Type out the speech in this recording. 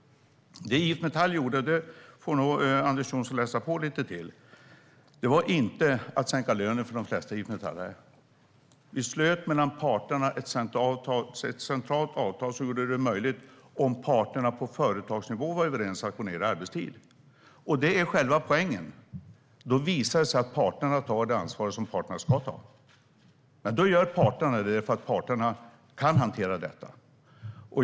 Det IF Metall gjorde - Anders W Jonsson får nog läsa på lite till - var inte att sänka lönen för de flesta IF Metall:are. Vi slöt mellan parterna ett centralt avtal som gjorde det möjligt att gå ned i arbetstid om parterna på företagsnivå var överens om det. Det är själva poängen. Då visar det sig att parterna tar det ansvar som parterna ska ta. Men då gör parterna det för att parterna kan hantera detta.